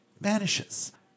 vanishes